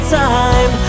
time